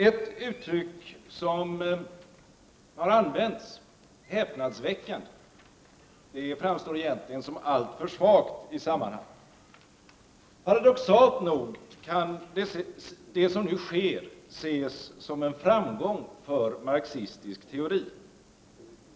Ett uttryck som ”häpnadsväckande”, framstår egentligen som alltför svagt i sammanhanget. Paradoxalt nog kan det som nu sker ses som en framgång för marxistisk teori.